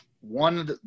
One